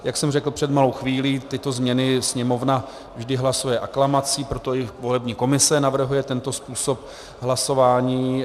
Jak jsem řekl před malou chvílí, tyto změny Sněmovna vždy hlasuje aklamací, proto i volební komise navrhuje tento způsob hlasování.